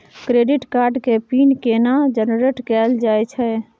Credit card के pin केना generate कैल जाए छै?